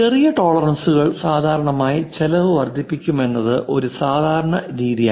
ചെറിയ ടോളറൻസുകൾ സാധാരണയായി ചെലവ് വർദ്ധിപിക്കുമെന്നത് ഒരു സാധാരണ രീതിയാണ്